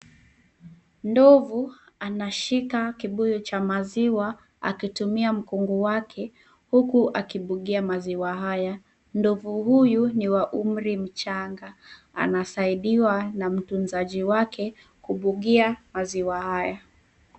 Ndovu anashika kibuyu cha maziwa akitumia mkonga wake huku akibugia maziwa haya. Ndovu huyu ni wa umri mchanga. Anasaidiwa na mtunzaji wake kubugia maziwa haya.